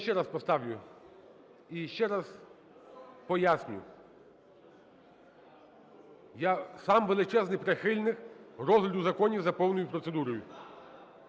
я ще раз поставлю. І ще раз пояснюю. Я сам величезний прихильник розгляду законів за повною процедурою.